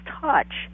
touch